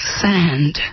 sand